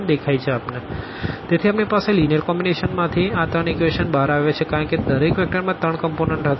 12340120λ140 તેથી આપણી પાસે આ લીનીઅર કોમ્બીનેશનમાંથી આ ત્રણ ઇક્વેશન બહાર આવ્યાં છે કારણ કે દરેક વેક્ટરમાં ત્રણ કમપોનન્ટ હતા